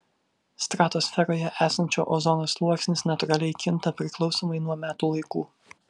stratosferoje esančio ozono sluoksnis natūraliai kinta priklausomai nuo metų laikų